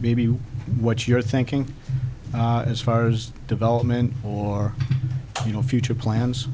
maybe what you're thinking as far as development or you know future plans